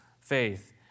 faith